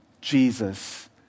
Jesus